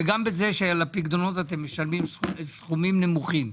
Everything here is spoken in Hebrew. וגם על זה שעל הפקדונות אתם משלמים סכומים נמוכים.